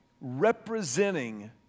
representing